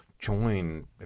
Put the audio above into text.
Join